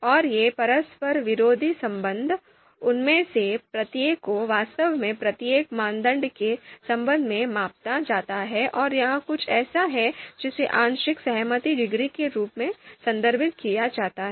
और ये परस्पर विरोधी संबंध उनमें से प्रत्येक को वास्तव में प्रत्येक मानदंड के संबंध में मापा जाता है और यह कुछ ऐसा है जिसे आंशिक सहमति डिग्री के रूप में संदर्भित किया जाता है